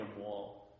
wall